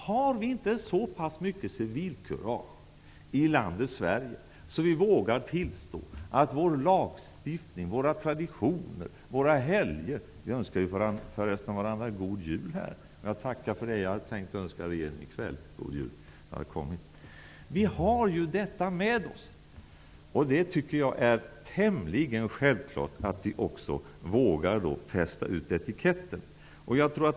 Har vi inte så mycket civilkurage i landet Sverige, att vi vågar tillstå att vi i vår lagstiftning, våra traditioner och våra helger har detta med oss? Vi önskade för resten varandra God Jul. Jag tycker att det är tämligen självklart att vi också skall våga fästa ut etiketter.